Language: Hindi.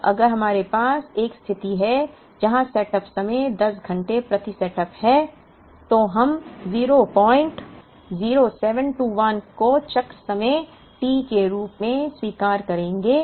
अब अगर हमारे पास एक स्थिति है जहाँ सेटअप समय 10 घंटे प्रति सेटअप है तो हम 00721 को चक्र समय T के रूप में स्वीकार करेंगे